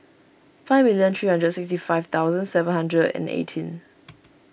fifty three lakh sixty five thousand seven hundred and eighteen